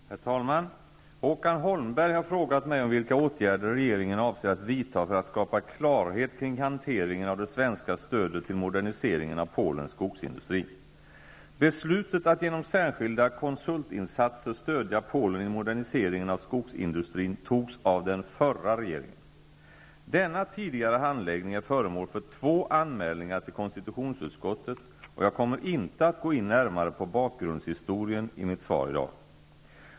Herr talman! Håkan Holmberg har frågat mig vilka åtgärder regeringen avser att vidta för att skapa klarhet kring hanteringen av det svenska stödet till moderniseringen av Polens skogsindustri. Polen i moderniseringen av skogsindustrin togs av den förra regeringen. Denna tidigare handläggning är föremål för två anmälningar till konstitutionsutskottet, och jag kommer inte att gå in närmare på bakgrundshistorien i mitt svar i dag.